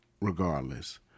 regardless